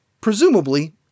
Presumably